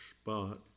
spot